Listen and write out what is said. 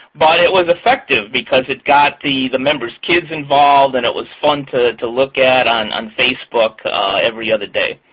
but it was effective, because it got the the members' kids involved, and it was fun to to look at on on facebook every other day.